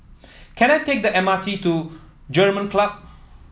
can I take the M R T to German Club